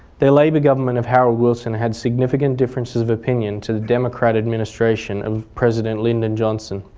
the labour government of harold wilson had significant differences of opinion to the democratic administration of president lyndon johnson.